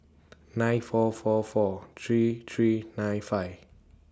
nine four four four three three nine five